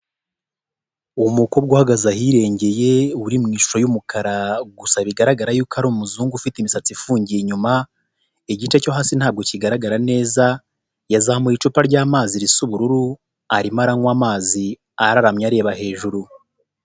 Umukobwa uhagaze ahirengeye, uri mu ishusho y'umukara, gusa bigaragara yuko ari umuzungu ufite imisatsi ifungiye inyuma, igice cyo hasi ntabwo kigaragara neza, yazamuye icupa ry'amazi risa ubururu, arimo aranywa amazi, araramye areba hejuru.